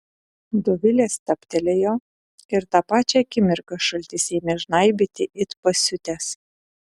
dovilė stabtelėjo ir tą pačią akimirką šaltis ėmė žnaibyti it pasiutęs